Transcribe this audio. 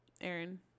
Aaron